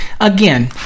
Again